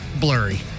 Blurry